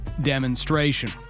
demonstration